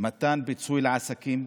מתן פיצוי לעסקים,